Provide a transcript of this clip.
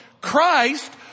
Christ